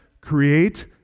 create